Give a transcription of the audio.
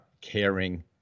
caring